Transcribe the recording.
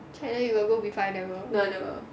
china you got go before I never